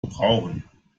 gebrauchen